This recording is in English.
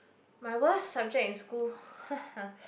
my worst subject in school haha